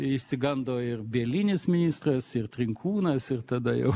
išsigando ir bielinis ministras ir trinkūnas ir tada jau